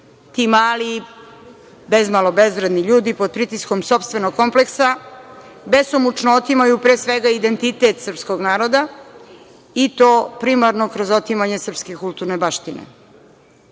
Ti mali bezmalo bezvredni ljudi, pod pritiskom sopstvenog kompleksa, besomučno otimaju pre svega identitet srpskog naroda, i to primarno kroz otimanje srpske kulturne baštine.